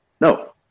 No